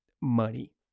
money